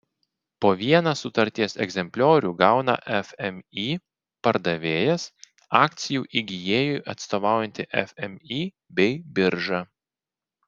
po vieną sutarties egzempliorių gauna fmį pardavėjas akcijų įgijėjui atstovaujanti fmį bei birža